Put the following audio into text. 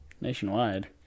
nationwide